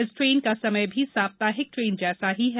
इस ट्रेन का समय भी साप्ताहिक ट्रेन जैसा ही है